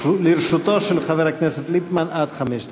לרשותו של חבר הכנסת ליפמן עד חמש דקות.